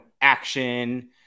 action